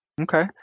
Okay